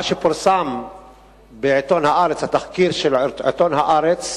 מה שפורסם בעיתון "הארץ", התחקיר של עיתון "הארץ".